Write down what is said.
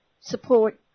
support